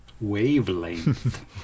Wavelength